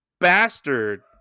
bastard